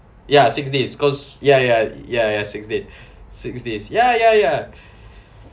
ya six days cause ya ya ya ya six days six days ya ya ya